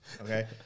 Okay